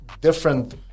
different